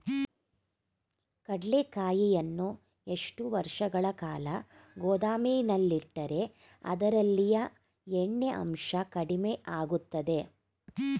ಕಡ್ಲೆಕಾಯಿಯನ್ನು ಎಷ್ಟು ವರ್ಷಗಳ ಕಾಲ ಗೋದಾಮಿನಲ್ಲಿಟ್ಟರೆ ಅದರಲ್ಲಿಯ ಎಣ್ಣೆ ಅಂಶ ಕಡಿಮೆ ಆಗುತ್ತದೆ?